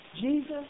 Jesus